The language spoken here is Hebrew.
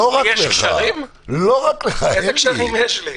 אילו קשרים יש לי?